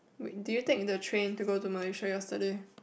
wait did you take the train to go to Malaysia yesterday